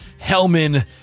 Hellman